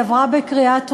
היא עברה בקריאה טרומית,